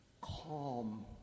calm